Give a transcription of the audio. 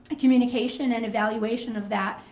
communication and evaluation of that.